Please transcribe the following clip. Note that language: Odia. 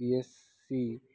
B A C